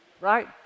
right